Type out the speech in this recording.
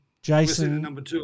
Jason